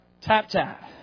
tap-tap